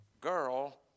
girl